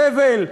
סבל,